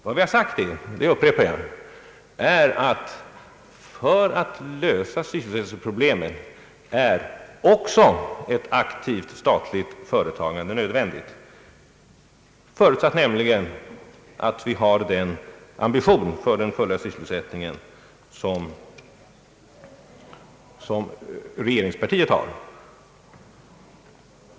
Vad vi har sagt är — och det upprepar jag — att för att lösa sysselsättningsproblemen är också ett aktivt statligt företagande nödvändigt, under förutsättning att vi har den ambition för full sysselsättning som regeringspartiet har.